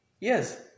yes